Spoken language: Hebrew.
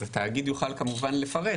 אז התאגיד יוכל כמובן לפרט,